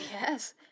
Yes